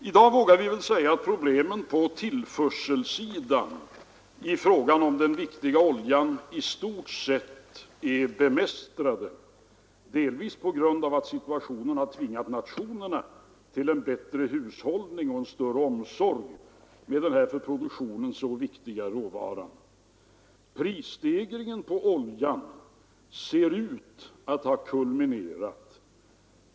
I dag vågar vi säga att problemen på tillförselsidan beträffande den viktiga oljan i stort sett är bemästrade, delvis på grund av att situationen har tvingat nationerna till bättre hushållning och större omsorg med denna för produktionen så viktiga råvara. Prisstegringen på oljan ser ut att ha kulminerat.